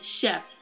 Chef